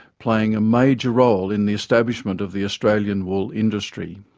playing a major role in the establishment of the australian wool industry.